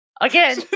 Again